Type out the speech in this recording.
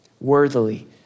worthily